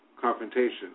confrontation